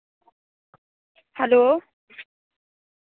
hello